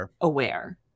aware